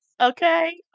Okay